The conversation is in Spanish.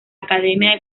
academia